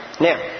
Now